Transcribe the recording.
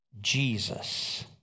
Jesus